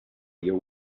your